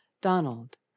Donald